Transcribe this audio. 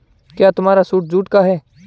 क्या तुम्हारा suit jute का है?